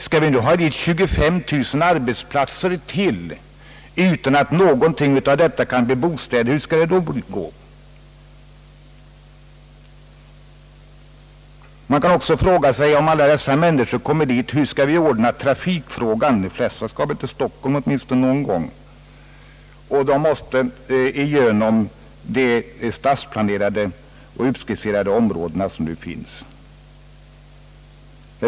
Skall vi ha ytterligare 25000 arbetsplatser utan att någonting av detta kan bli bostäder, så frågar man sig hur det skall gå. Man kan också fråga sig hur vi skall ordna trafikfrågan om alla dessa människor kommer dit. De flesta skall väl till Stockholm åtminstone någon gång, och de måste då färdas igenom de stadsplanerade och uppskisserade områden som nu finns.